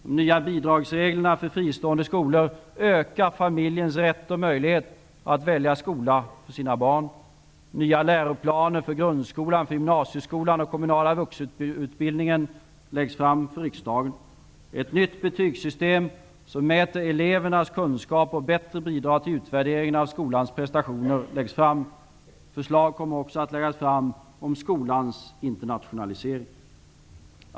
De nya bidragsreglerna för fristående skolor ökar familjens rätt och möjligheter att välja skola för sina barn. Ett nytt betygssystem som mäter elevernas kunskaper och bättre bidrar till utvärderingen av skolans prestationer läggs fram. Förslag kommer också att läggas fram om skolans internationalisering.